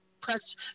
press